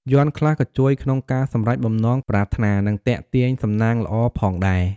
យ័ន្តខ្លះក៏ជួយក្នុងការសម្រេចបំណងប្រាថ្នា និងទាក់ទាញសំណាងល្អផងដែរ។